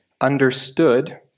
understood